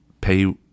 pay